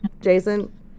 Jason